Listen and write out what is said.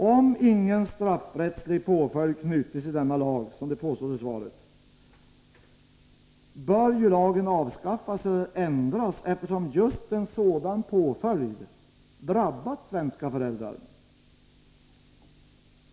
Om ingen straffrättslig påföljd knutits till denna lag, vilket påstås i svaret, bör ju lagen avskaffas eller ändras, eftersom just en sådan påföljd drabbat svenska föräldrar.